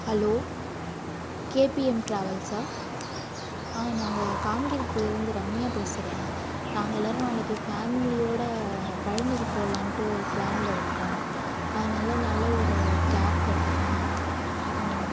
hello KPM ட்ராவல்ஸா நாங்கள் காங்கிரப்பிள்ளையிலேருந்து ரம்யா பேசுகிறேன் நாங்கள் எல்லோரும் நாளைக்கு ஃபேமிலியோடு பழனிக்கு போகலான்ட்டு ஒரு ப்ளானில் இருக்கோம் அதனால நல்ல ஒரு கேப் கிடைக்குமா